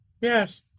Yes